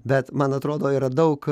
bet man atrodo yra daug